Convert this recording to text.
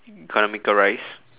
economical rice